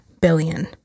billion